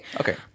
Okay